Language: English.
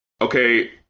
okay